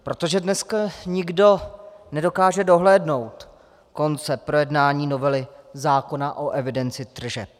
Protože dneska nikdo nedokáže dohlédnout konce projednání novely zákona o evidenci tržeb.